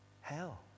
hell